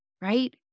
right